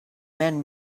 man